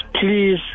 please